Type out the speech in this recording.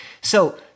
So-